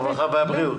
הרווחה והבריאות.